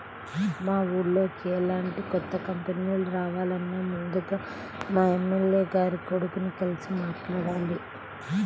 మా ఊర్లోకి ఎలాంటి కొత్త కంపెనీలు రావాలన్నా ముందుగా మా ఎమ్మెల్యే గారి కొడుకుని కలిసి మాట్లాడాలి